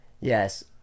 yes